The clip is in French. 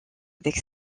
avec